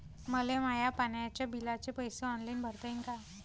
मले माया पाण्याच्या बिलाचे पैसे ऑनलाईन भरता येईन का?